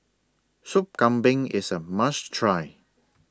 Sup Kambing IS A must Try